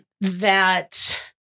that-